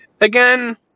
again